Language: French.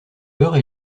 beurre